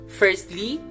firstly